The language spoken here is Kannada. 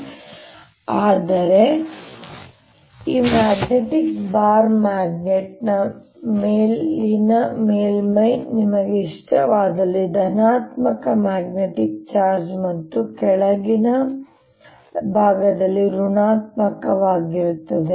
ಆದ್ದರಿಂದ ನಾನು ಇಲ್ಲಿ ಏನೆಂದರೆ ಈ ಮ್ಯಾಗ್ನೆಟಿಕ್ ಬಾರ್ ಮ್ಯಾಗ್ನೆಟ್ ನ ಮೇಲಿನ ಮೇಲ್ಮೈ ನಿಮಗೆ ಇಷ್ಟವಾದಲ್ಲಿ ಧನಾತ್ಮಕ ಮ್ಯಾಗ್ನೆಟಿಕ್ ಚಾರ್ಜ್ ಮತ್ತು ಕೆಳಗಿನ ಭಾಗದಲ್ಲಿ ಋಣಾತ್ಮಕವಾಗಿರುತ್ತದೆ